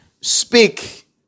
speak